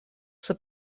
что